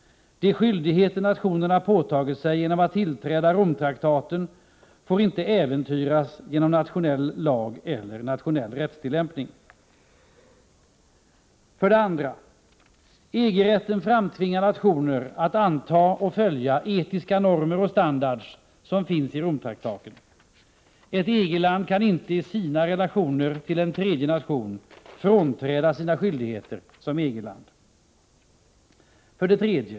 De skyldigheter nationerna påtagit sig genom att biträda Romtraktaten får inte äventyras genom nationell lag eller nationell rättstillämpning. 2. EG-rätten tvingar nationer att anta och följa etiska normer och standarder som finns i Romtraktaten. Ett EG-land kan inte i sin relation till en tredje nation frånträda sina skyldigheter som EG-land. 3.